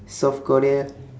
south korea